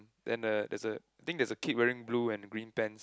then the there's a I think there is a kid wearing blue and green pants